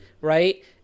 right